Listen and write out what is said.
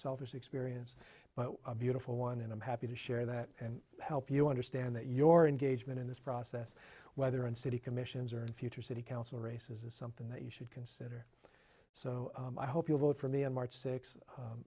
selfish experience but a beautiful one and i'm happy to share that and help you understand that your engagement in this process whether in city commissions or in future city council races is something that you should consider so i hope you vote for me on march six